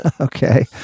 Okay